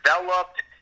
developed